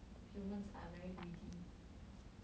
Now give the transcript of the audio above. humans are very greedy